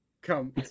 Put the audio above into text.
come